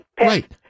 Right